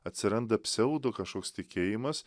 atsiranda pseudo kažkoks tikėjimas